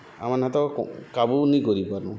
ଆମେ ନା ତ କାବୁ ନି କରିପାରୁ